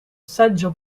saggio